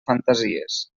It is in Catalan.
fantasies